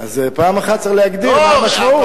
אז פעם אחת צריך להגדיר מה המשמעות.